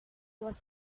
was